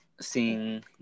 seeing